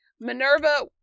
Minerva